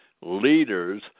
leaders